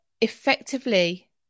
effectively